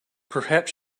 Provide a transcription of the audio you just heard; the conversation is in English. perhaps